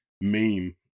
meme